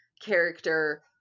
character